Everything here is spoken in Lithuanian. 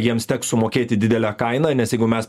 jiems teks sumokėti didelę kainą nes jeigu mes